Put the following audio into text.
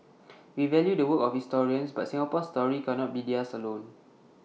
we value the work of historians but Singapore's story cannot be theirs alone